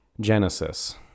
Genesis